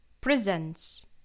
presents